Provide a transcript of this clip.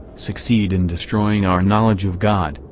succeed in destroying our knowledge of god,